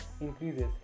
increases